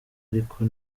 ariko